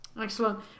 Excellent